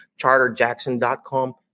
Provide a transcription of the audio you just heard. CharterJackson.com